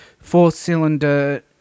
four-cylinder